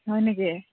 হয় নেকি